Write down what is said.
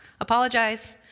Apologize